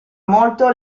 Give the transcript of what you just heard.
molto